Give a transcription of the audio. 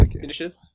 initiative